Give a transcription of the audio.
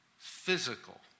physical